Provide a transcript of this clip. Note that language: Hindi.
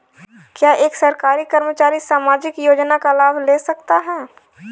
क्या एक सरकारी कर्मचारी सामाजिक योजना का लाभ ले सकता है?